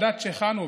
עד 3,